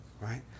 right